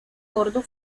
bordo